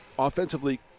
offensively